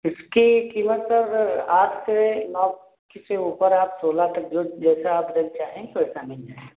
इसकी कीमत सर आठ से नौ के से ऊपर आप सोलह तक जो जैसा आप दिल चाहें वैसा मिल जाएगा